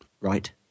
Right